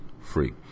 free